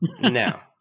now